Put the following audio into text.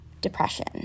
depression